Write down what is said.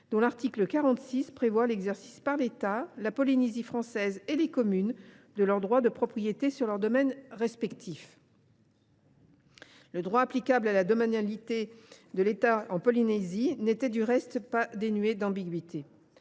dont l’article 46 prévoit l’exercice par l’État, la Polynésie et les communes de leurs droits de propriété sur leurs domaines respectifs. Toutefois, le droit applicable à la domanialité de l’État en Polynésie n’était pas dénué d’ambiguïtés.